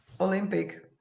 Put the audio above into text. Olympic